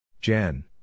Jan